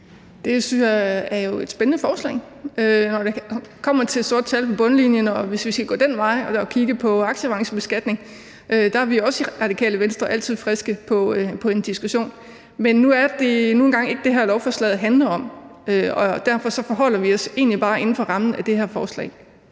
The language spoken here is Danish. Det synes jeg jo er et spændende forslag. Når det kommer til sorte tal på bundlinjen, og hvis vi skal gå den vej og kigge på aktieavancebeskatning, er vi også i Radikale Venstre altid friske på en diskussion af det, men det er nu engang ikke det, lovforslaget her handler om. Derfor forholder vi os egentlig bare til det, som er inden for rammen af det her forslag.